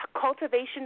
cultivation